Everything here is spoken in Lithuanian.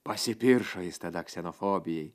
pasipiršo jis tada ksenofobijai